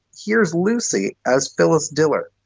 here's lucy as phyllis diller.